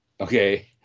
okay